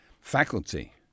faculty